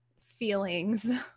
feelings